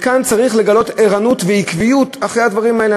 כאן צריך לגלות ערנות ועקביות בדברים האלה,